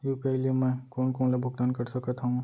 UPI ले मैं कोन कोन ला भुगतान कर सकत हओं?